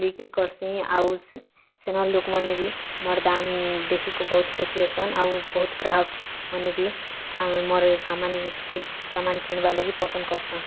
ବିକ୍ରି କର୍ସିଁ ଆଉ ସେ ସେନର୍ ଲୋକ୍ମାନେ ବି ମୋର୍ ଦାମ୍ ଦେଖିକି ବହୁତ୍ ଖୁସି ହେସନ୍ ଆଉ ବହୁତ୍ ଗ୍ରାହକ୍ମାନେ ବି ମୋର୍ ସାମାନ୍ କେ ସାମାନ୍ କିଣ୍ବାର୍ ଲାଗି ପସନ୍ଦ୍ କର୍ସନ୍